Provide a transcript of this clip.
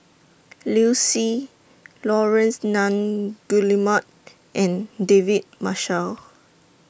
Liu Si Laurence Nunns Guillemard and David Marshall